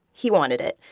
he wanted it.